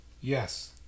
Yes